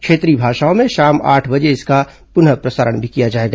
क्षेत्रीय भाषाओं में शाम आठ बजे इसका पुनः प्रसारण भी किया जाएगा